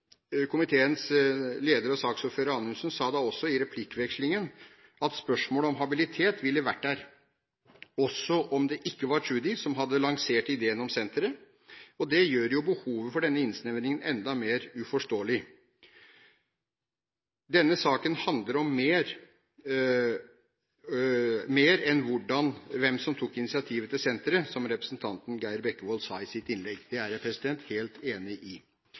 Komiteens leder og saksordfører Anundsen sa da også i replikkvekslingen at spørsmålet om habilitet også ville vært der om det ikke var Tschudi som hadde lansert ideen om senteret. Det gjør jo behovet for denne innsnevringen enda mer uforståelig. Denne saken handler om mer enn om hvem som tok initiativet til senteret, som representanten Geir Bekkevold sa i sitt innlegg. Det er jeg helt enig i.